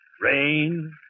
rain